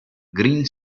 green